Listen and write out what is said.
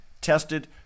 tested